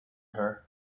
her